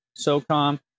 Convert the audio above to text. SOCOM